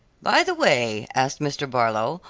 by the way, asked mr. barlow,